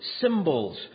symbols